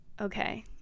Okay